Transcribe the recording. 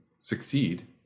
succeed